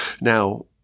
Now